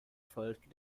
folgte